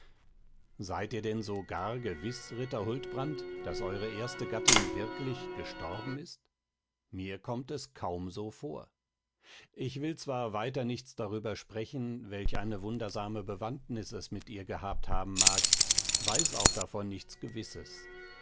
seid ihr denn so gar gewiß ritter huldbrand daß eure erste gattin wirklich gestorben ist mir kommt es kaum so vor ich will zwar weiter nichts darüber sprechen welch eine wundersame bewandtnis es mit ihr gehabt haben mag weiß auch davon nichts gewisses